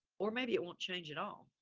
or maybe it won't change at all.